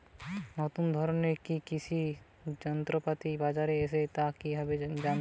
নতুন ধরনের কি কি কৃষি যন্ত্রপাতি বাজারে এসেছে তা কিভাবে জানতেপারব?